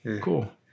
Cool